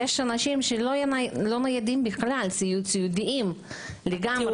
יש אנשים שהם לא ניידים בכלל, שהם סיעודיים לגמרי.